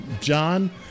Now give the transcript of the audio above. John